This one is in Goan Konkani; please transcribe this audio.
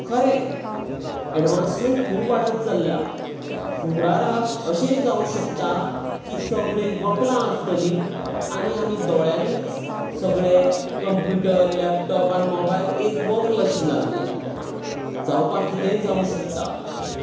खरें एडवान्समेंट खूब वाडत चलला फुडाराक अशेंय जावं शकता की सगळीं वकलां आसतलीं आनी आमी दोळ्यांनीच सगळें कंप्युटर लॅपटॉप आनी मोबायल एक व्हकलशें जातलें जावपाक कितेंय जावं शकता